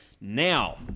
Now